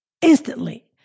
instantly